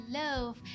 love